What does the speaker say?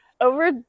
Over